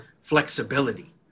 flexibility